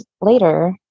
later